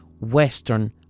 Western